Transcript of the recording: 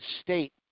state